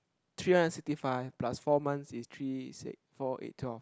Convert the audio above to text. three hundred sixty five plus four months is three six four eight twelve